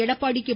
Edappadi K